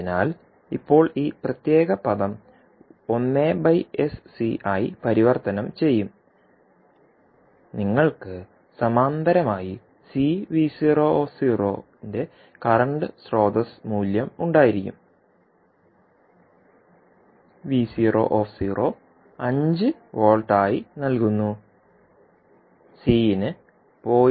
അതിനാൽ ഇപ്പോൾ ഈ പ്രത്യേക പദം 1sC ആയി പരിവർത്തനം ചെയ്യും നിങ്ങൾക്ക് സമാന്തരമായി ന്റെ കറന്റ് സ്രോതസ്സ് മൂല്യം ഉണ്ടായിരിക്കും 5 വോൾട്ടായി നൽകുന്നു C ന് 0